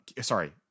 Sorry